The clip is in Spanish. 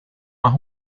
más